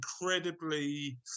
incredibly